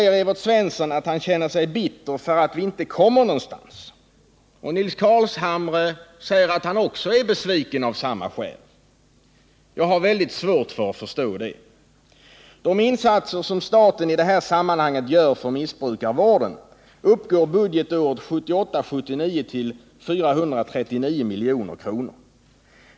Evert Svensson säger att han känner sig bitter för att vi inte kommer någonstans, och Nils Carlshamre säger att han är besviken av samma skäl. Jag har väldigt svårt att förstå det. De insatser som staten i detta sammanhang gör för missbrukarvården uppgår budgetåret 1978/79 till 439 milj.kr.